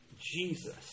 Jesus